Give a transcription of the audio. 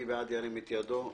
מי בעד, ירים את ידו?